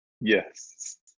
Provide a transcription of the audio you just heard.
Yes